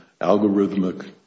algorithmic